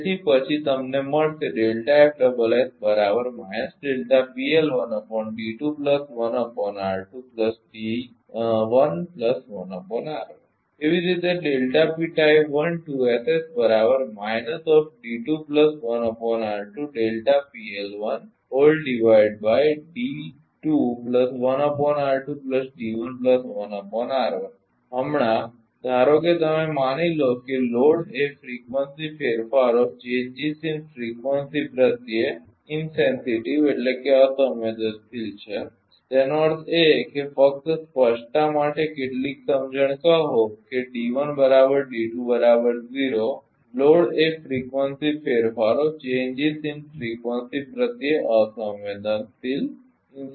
તેથી પછી તમને મળશે તેવી જ રીતે હમણાં ધારો કે તમે માની લો કે લોડ એ ફ્રિકવંસી ફેરફારો પ્રત્યે અસંવેદનશીલ છે તેનો અર્થ એ કે ફક્ત સ્પષ્ટતા માટે કેટલીક સમજણ કહો કે લોડ એ ફ્રિકવંસી ફેરફારો પ્રત્યે અસંવેદનશીલ છે